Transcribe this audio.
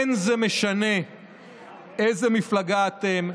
אין זה משנה איזו מפלגה אתם,